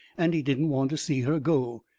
and he didn't want to see her go.